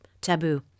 taboo